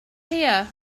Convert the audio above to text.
here